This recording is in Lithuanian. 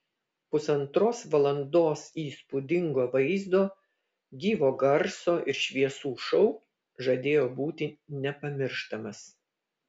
pusantros valandos įspūdingo vaizdo gyvo garso ir šviesų šou žadėjo būti nepamirštamas